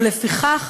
ולפיכך,